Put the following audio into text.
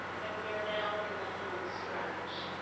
and we are now in the home stretch.